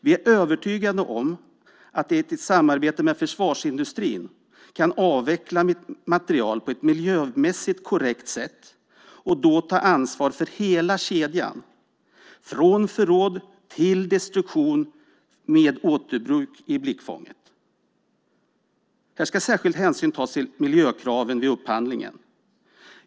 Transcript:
Vi är övertygade om att man i ett samarbete med försvarsindustrin kan avveckla materiel på ett miljömässigt korrekt sätt och då ta ansvar för hela kedjan - från förråd till destruktion med återbruk i blickfånget. Här ska särskild hänsyn tas till miljökraven vid upphandlingen.